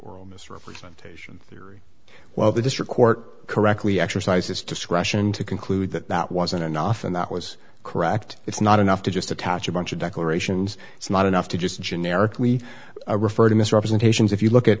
or misrepresentation theory well the district court correctly exercised this discretion to conclude that that wasn't enough and that was correct it's not enough to just attach a bunch of declarations it's not enough to just generically refer to misrepresentations if you look at